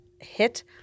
hit